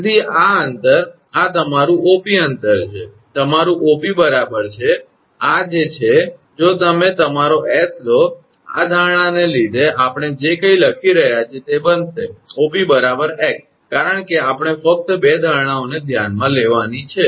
તેથી આ અંતર આ તમારું 𝑂𝑃 અંતર છે તમારું 𝑂𝑃 બરાબર છે આ છે જો તમે તમારો 𝑠 લો આ ધારણાને લીધે આપણે જે કંઇ લખી રહ્યા છીએ તે બનશે 𝑂𝑃 𝑥 કારણ કે આપણે ફક્ત બે ધારણાઓને ધ્યાનમાં લેવાની છે